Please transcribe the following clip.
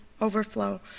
overflow